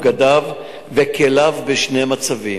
בגדיו וכליו בשני מצבים: